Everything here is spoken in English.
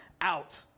out